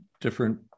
different